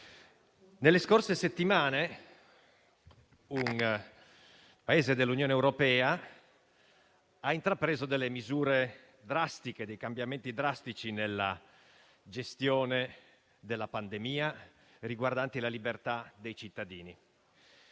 nelle scorse settimane un Paese dell'Unione europea ha adottato misure e cambiamenti drastici nella gestione della pandemia riguardanti la libertà dei cittadini.